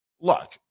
look